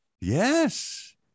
Yes